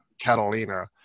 Catalina